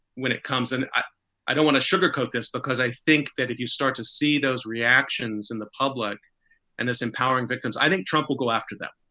when it comes and i i don't want to sugarcoat this, because i think that if you start to see those reactions in the public and thus empowering victims, i think trump will go after them.